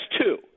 two